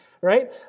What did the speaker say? right